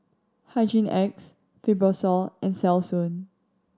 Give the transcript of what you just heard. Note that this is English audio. Hygin X Fibrosol and Selsun